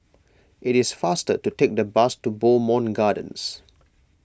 it is faster to take the bus to Bowmont Gardens